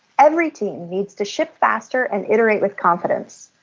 every team needs to ship faster and iterate with confidence.